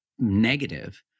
negative